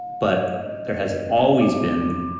but there has always been